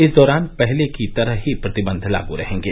इस दौरान पहले की तरह ही प्रतिबंध लागू रहेंगे